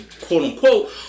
quote-unquote